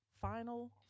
final